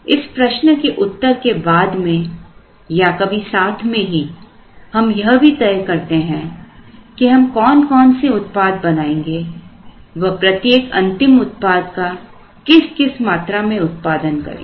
इस प्रश्न के उत्तर के बाद या कभी साथ में ही हम यह भी तय करते हैं कि हम कौन कौन से उत्पाद बनाएंगे व प्रत्येक अंतिम उत्पाद का किस किस मात्रा में उत्पादन करेंगे